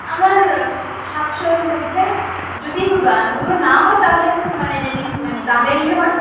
আমার সাতশোর মধ্যে যদি ধরুন না হয় তাহলে একটু মানে যদি মানে দামের ইয়ে হয়